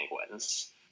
penguins